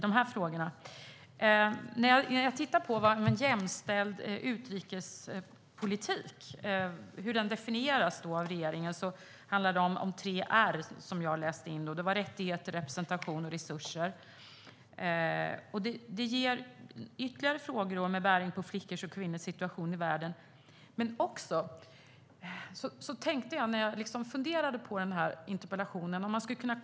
En jämställd utrikespolitik definieras av regeringen med tre r: rättigheter, representation och resurser. Jag har funderat på den här interpellationen och på kvinnors och flickors situation i världen.